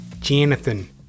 Jonathan